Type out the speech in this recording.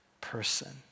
person